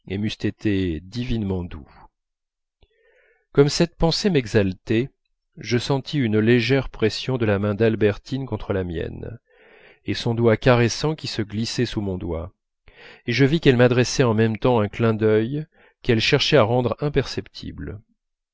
été divinement doux comme cette pensée m'exaltait je sentis une légère pression de la main d'albertine contre la mienne et son doigt caressant qui se glissait sous mon doigt et je vis qu'elle m'adressait en même temps un clin d'œil qu'elle cherchait à rendre imperceptible